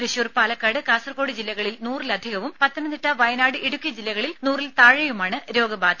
ത്യശൂർ പാലക്കാട് കാസർകോട് ജില്ലകളിൽ നൂറിലധികവും പത്തനംതിട്ട വയനാട് ഇടുക്കി ജില്ലകളിൽ നൂറിൽ താഴെയുമാണ് രോഗബാധ